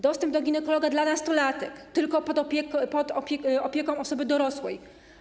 Dostęp do ginekologa dla nastolatek tylko pod opieką osoby dorosłej.